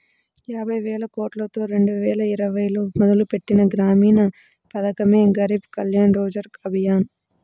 యాబైవేలకోట్లతో రెండువేల ఇరవైలో మొదలుపెట్టిన గ్రామీణ పథకమే గరీబ్ కళ్యాణ్ రోజ్గర్ అభియాన్